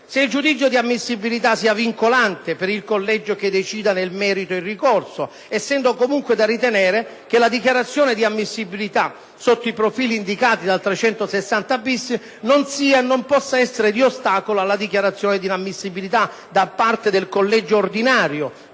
se il giudizio di ammissibilita sia vincolante per il collegio che decideranel merito il ricorso, essendo comunque da ritenere che la dichiarazione di ammissibilita sotto i profili indicati nell’articolo 360-bis del codice di procedura civile non sia e possa essere di ostacolo alla dichiarazione di inammissibilita, da parte del collegio «ordinario»